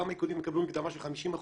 גם האיגודים יקבלו מקדמה של 50%,